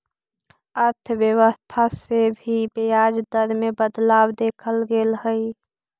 अर्थव्यवस्था से भी ब्याज दर में बदलाव देखल गेले हइ